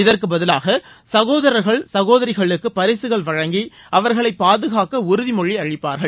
இதற்கு பதிலாக சகோதரர்கள் சகோதரிகளுக்கு பரிசுகள் வழங்கி அவர்களை பாதுஙங்க உறுதிமொழி அளிப்பார்கள்